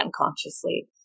unconsciously